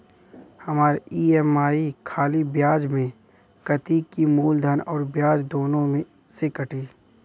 हमार ई.एम.आई खाली ब्याज में कती की मूलधन अउर ब्याज दोनों में से कटी?